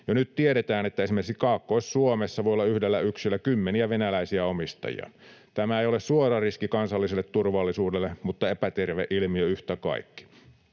nyt tiedetään, että esimerkiksi Kaakkois-Suomessa voi olla yhdellä yksiöllä kymmeniä venäläisiä omistajia. Tämä ei ole suora riski kansalliselle turvallisuudelle mutta epäterve ilmiö yhtä kaikki.